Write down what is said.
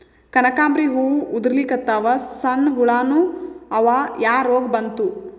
ಕನಕಾಂಬ್ರಿ ಹೂ ಉದ್ರಲಿಕತ್ತಾವ, ಸಣ್ಣ ಹುಳಾನೂ ಅವಾ, ಯಾ ರೋಗಾ ಬಂತು?